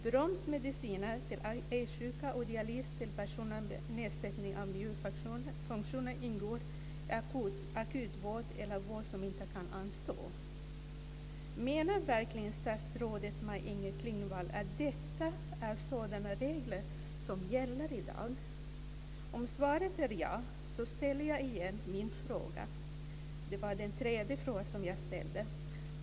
Bromsmediciner för aidssjuka och dialys för personer med nedsättning av njurfunktionen ingår i akut vård eller vård som inte kan anstå. Menar verkligen statsrådet Maj-Inger Klingvall att det är sådana regler som gäller i dag? Om svaret är ja, ställer jag igen min fråga. Det var den tredje frågan som jag ställde.